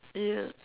ya